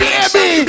Baby